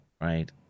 right